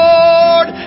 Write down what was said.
Lord